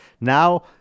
Now